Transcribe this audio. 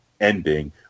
ending